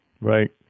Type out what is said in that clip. Right